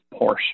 porsche